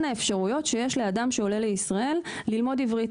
האפשרויות שיש לאדם שעולה לישראל ללמוד עברית.